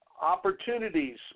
opportunities